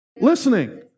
listening